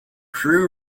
crew